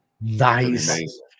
Nice